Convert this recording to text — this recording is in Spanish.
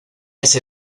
ese